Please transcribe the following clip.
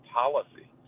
policy